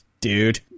Dude